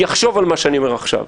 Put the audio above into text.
יחשוב על מה שאני אומר עכשיו.